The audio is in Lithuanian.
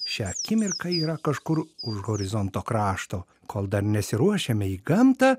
šią akimirką yra kažkur už horizonto krašto kol dar nesiruošiame į gamtą